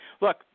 Look